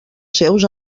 seus